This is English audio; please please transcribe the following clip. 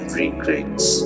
regrets